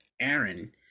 Aaron